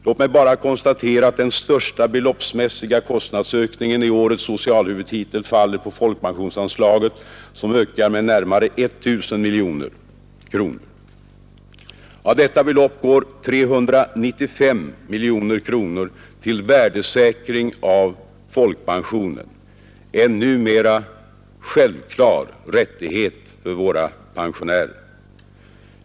Låt mig bara konstatera att den största beloppsmässiga kostnadsökningen i årets socialhuvudtitel faller på folkpensionsanslaget, som ökar med närmare 1 000 miljoner kronor. Av detta belopp går 395 miljoner kronor till värdesäkring av folkpensionen, en numera självklar rättighet för våra pensionärer.